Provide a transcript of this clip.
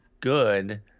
good